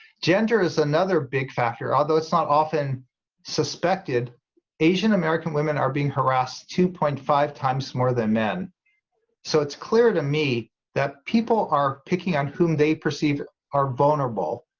gender is another big factor although it's not often suspected asian-a american women are being harassed two point five times more than men so it's clear to me that people are picking on whom they perceive are vulnerable,